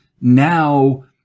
now